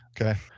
okay